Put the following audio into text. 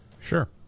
Sure